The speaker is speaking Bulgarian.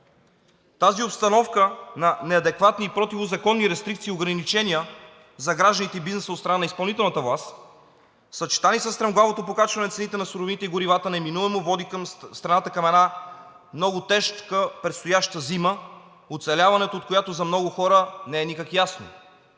Тази обстановка на неадекватни и противозаконни рестрикции и ограничения за гражданите и бизнеса от страна на изпълнителната власт, съчетани със стремглавото покачване на цените на суровините и горивата, неминуемо води страната към една много тежка предстояща зима, оцеляването от която за много хора не е никак ясно.